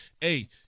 Hey